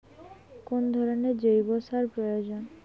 কোন ধরণের জৈব সার প্রয়োজন?